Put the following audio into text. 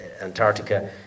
Antarctica